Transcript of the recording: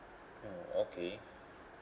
oh okay